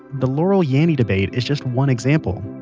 the laurel yanny debate is just one example.